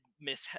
miss